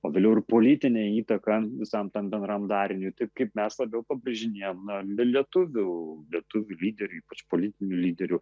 o vėliau ir politinę įtaką visam tam bendram dariniui taip kaip mes labiau pabrėžinėjam na lietuvių lietuvių lyderių ypač politinių lyderių